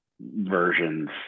versions